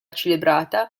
celebrata